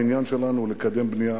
העניין שלנו הוא לקדם בנייה